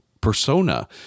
persona